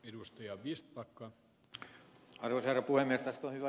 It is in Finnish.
tästä on hyvä jatkaa mihin ed